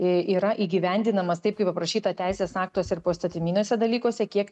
yra įgyvendinamas taip kaip aprašyta teisės aktuose ir poįstatyminiuose dalykuose kiek